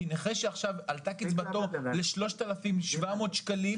כי נכה שעכשיו עלתה קצבתו ל-3,700 שקלים,